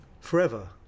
forever